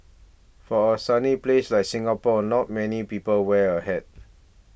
for a sunny place like Singapore not many people wear a hat